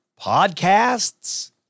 podcasts